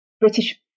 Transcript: British